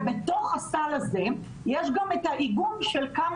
בתוך הסל הזה יש גם את האיגום של כמה